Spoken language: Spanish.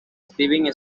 steven